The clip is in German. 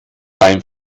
beim